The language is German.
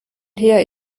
her